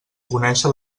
conéixer